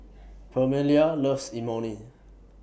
Permelia loves Imoni